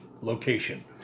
location